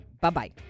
Bye-bye